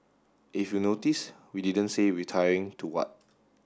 if you notice we didn't say retiring to what